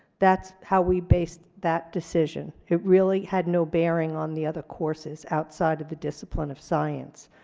that's how we based that decision. it really had no bearing on the other courses outside of the discipline of science.